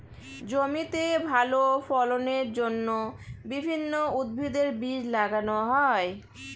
জমিতে ভালো ফলনের জন্য বিভিন্ন উদ্ভিদের বীজ লাগানো হয়